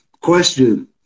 question